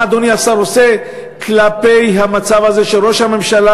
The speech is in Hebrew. מה אדוני השר עושה כלפי המצב הזה שראש הממשלה